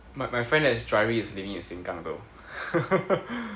but my friend that is driving is living in Sengkang though